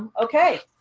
okay.